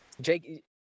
Jake